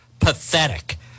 pathetic